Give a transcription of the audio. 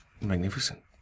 magnificent